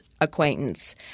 acquaintance